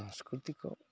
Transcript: ସାଂସ୍କୃତିକ